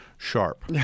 Sharp